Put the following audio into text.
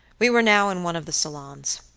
we were now in one of the salons.